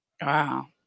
wow